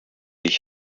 ich